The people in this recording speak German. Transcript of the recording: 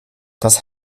das